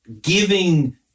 giving